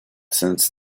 since